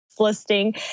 listing